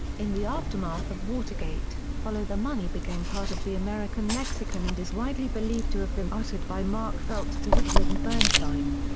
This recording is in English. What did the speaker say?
in the aftermath of watergate, follow the money became part of the american lexicon and is widely believed to have been uttered by mark felt to woodward and bernstein.